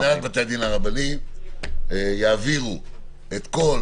הנהלת בתי הדין הרבניים יעבירו את כל